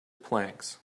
planks